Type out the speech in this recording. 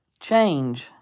Change